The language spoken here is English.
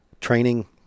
training